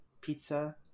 pizza